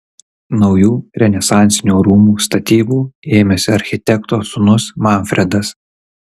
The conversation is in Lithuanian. naujų renesansinių rūmų statybų ėmėsi architekto sūnus manfredas